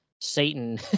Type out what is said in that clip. Satan